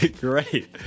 Great